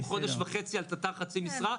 חודש וחצי על תט"ר חצי משרה?